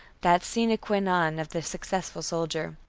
that sine qua non of the successful soldier.